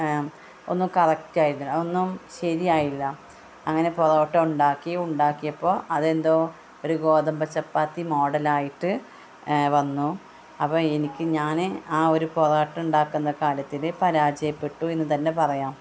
ഒന്നും കറക്റ്റ് ആയില്ല ഒന്നും ശരിയായില്ല അങ്ങനെ പൊറോട്ട ഉണ്ടാക്കി ഉണ്ടാക്കിയപ്പോൾ അതെന്തോ ഒരു ഗോതമ്പ് ചപ്പാത്തി മോഡൽ ആയിട്ട് വന്നു അപ്പോൾ എനിക്ക് ഞാൻ ആ ഒരു പൊറോട്ട ഉണ്ടാക്കുന്ന കാര്യത്തിൽ പരാജയപ്പെട്ടു എന്ന് തന്നെ പറയാം